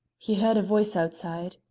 he heard a voice outside.